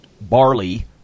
barley